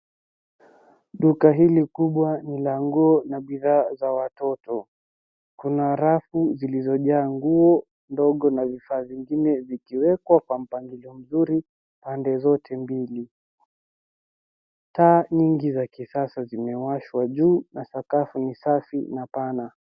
Duka hili kubwa ni la nguo na bidhaa za watoto. Kuna rafu zilizojaa nguo ndogo na vifaa vingine vikiwekwa kwa mpangilio mzuri pande zote mbili. Taa nyingi za kisasa zimewashwa juu na sakafu ni safi na pana.